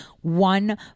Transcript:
One